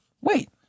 Wait